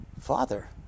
Father